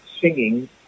singing